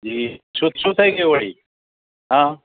જી શું શું થઈ ગયું વળી હાં